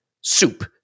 soup